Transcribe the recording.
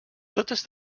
totes